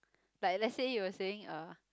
like let's say you were saying uh